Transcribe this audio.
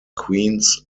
queens